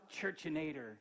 churchinator